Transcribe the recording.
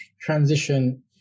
transition